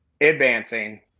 advancing